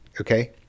Okay